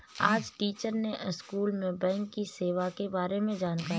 आज टीचर ने स्कूल में बैंक की सेवा के बारे में जानकारी दी